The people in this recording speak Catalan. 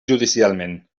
judicialment